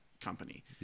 company